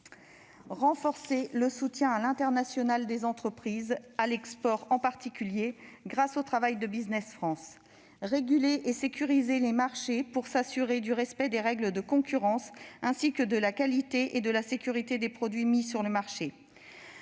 renforcer le soutien à l'international des entreprises à l'export, en particulier grâce au travail de Business France ; enfin, réguler et sécuriser les marchés pour s'assurer du respect des règles de concurrence, ainsi que de la qualité et de la sécurité des produits mis sur le marché.